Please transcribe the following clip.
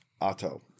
Otto